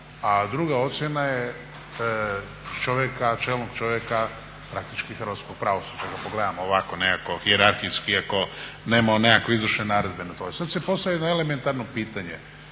a druga ocjena je čelnog čovjeka praktički hrvatskog pravosuđa kad pogledamo ovako nekako hijerarhijski iako nema on nekakve izvršne naredbe na to. I sad se postavlja jedno elementarno pitanje